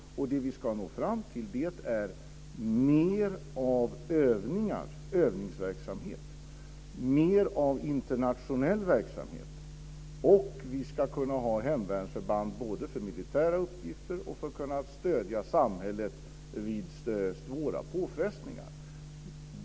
Det vi ska nå fram till är mer av övningar, övningsverksamhet, och mer av internationell verksamhet. Vi ska kunna ha hemvärnsförband både för militära uppgifter och för att stödja samhället vid svåra påfrestningar.